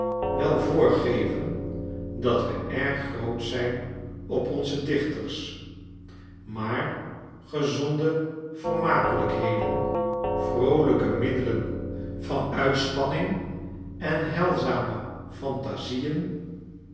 wel voorgeven dat we erg grootsch zijn op onze dichters maar gezonde vermakelijkheden vrooliike middelen van uitspanning en heilzame phantasieen